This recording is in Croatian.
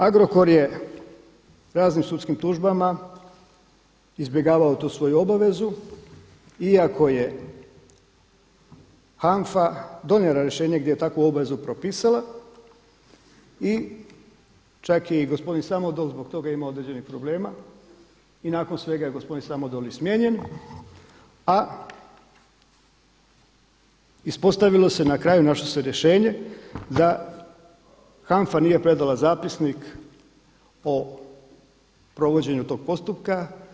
Agrokor je raznim sudskim tužbama izbjegavao tu svoju obavezu iako je HANFA donijela rješenje gdje je takvu obvezu propisala i čak je i gospodin Samodol zbog toga imao određenih problema i nakon svega je i gospodin Samodol i smijenjen, a ispostavilo se na kraju našlo se rješenje, da HANFA nije predala zapisnik o provođenju tog postupka.